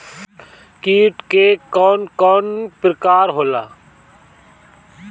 कीट के कवन कवन प्रकार होला?